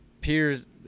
peers